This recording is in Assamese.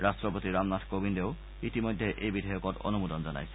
ৰাট্টপতি ৰামনাথ কোবিন্দেও ইতিমধ্যে এই বিধেয়কত অনুমোদন জনাইছিল